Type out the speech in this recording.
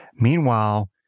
Meanwhile